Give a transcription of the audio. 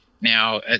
Now